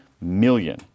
million